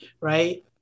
right